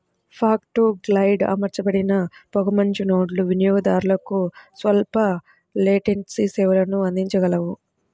fog to cloud అమర్చబడిన పొగమంచు నోడ్లు వినియోగదారులకు స్వల్ప లేటెన్సీ సేవలను అందించగలవు